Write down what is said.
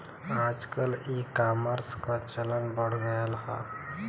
आजकल ईकामर्स क चलन बढ़ गयल हौ